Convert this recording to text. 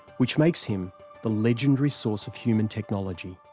which makes him the legendary source of human technology.